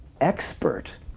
expert